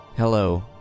Hello